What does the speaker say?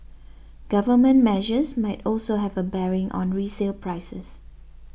government measures might also have a bearing on resale prices